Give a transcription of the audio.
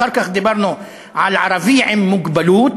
אחר כך דיברנו על ערבי עם מוגבלות.